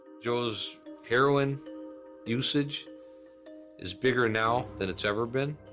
joe's heroin usage is bigger now than it's ever been.